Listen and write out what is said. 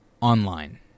online